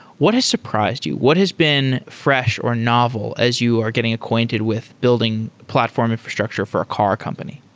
what has surprised you? what has been fresh or novel as you are getting acquainted with building platform infrastructure for a car company?